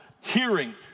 hearing